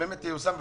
באמת תיושם.